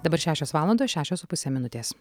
dabar šešios valandos šešios su puse minutės